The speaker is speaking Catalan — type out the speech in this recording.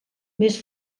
més